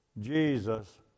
Jesus